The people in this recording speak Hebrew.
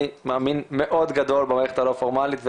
אני מאמין גדול מאוד במערכת הבלתי פורמלית.